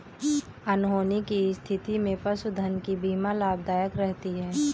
अनहोनी की स्थिति में पशुधन की बीमा लाभदायक रहती है